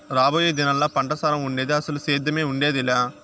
రాబోయే దినాల్లా పంటసారం ఉండేది, అసలు సేద్దెమే ఉండేదెలా